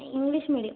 English medium